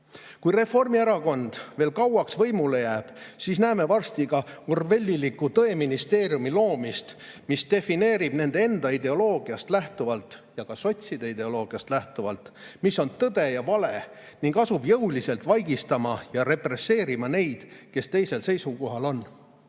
Kui Reformierakond veel kauaks võimule jääb, siis näeme varsti ka orwelliliku Tõeministeeriumi loomist, kes defineerib nende enda ideoloogiast lähtuvalt ja ka sotside ideoloogiast lähtuvalt, mis on tõde ja vale, ning asub jõuliselt vaigistama ja represseerima neid, kes teisel seisukohal on.